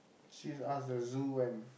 she's ask the zoo when